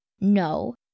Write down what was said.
No